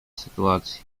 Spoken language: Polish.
sytuacja